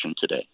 today